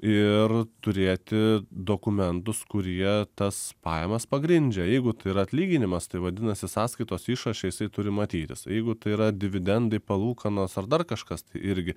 ir turėti dokumentus kurie tas pajamas pagrindžia jeigu tai yra atlyginimas tai vadinasi sąskaitos išraše jisai turi matytis jeigu tai yra dividendai palūkanos ar dar kažkas tai irgi